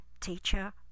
teacher